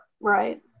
Right